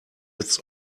its